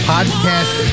Podcast